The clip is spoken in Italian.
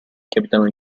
capitano